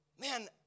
Man